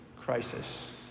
crisis